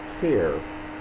care